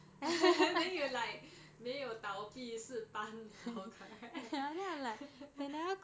then you like 没有倒闭是搬 liao correct